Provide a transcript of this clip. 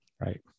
right